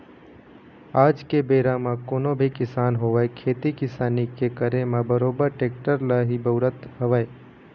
आज के बेरा म कोनो भी किसान होवय खेती किसानी के करे म बरोबर टेक्टर ल ही बउरत हवय